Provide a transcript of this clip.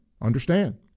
understand